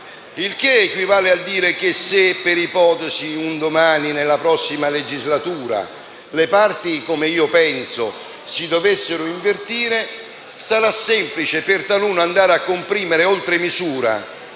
Il che equivale a dire che se, per ipotesi, un domani, nella prossima legislatura, le parti - come io penso - si dovessero invertire, sarà semplice per taluno andare a comprimere oltre misura